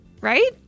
right